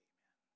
Amen